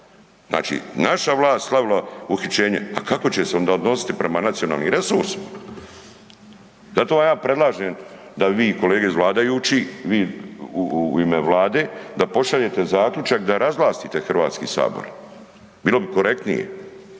Znači naša vlast slavila uhićenje, a kako će se onda odnositi prema nacionalnim resursima? Zato vam ja predlažem da bi vi kolege iz vladajući, vi u ime vlade da pošaljete zaključak da razvlastite HS, bilo bi korektnije,